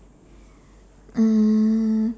mm